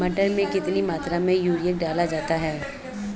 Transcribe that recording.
मटर में कितनी मात्रा में यूरिया डाला जाता है?